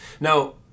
Now